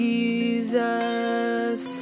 Jesus